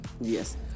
yes